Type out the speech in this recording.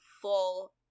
full